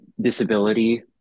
disability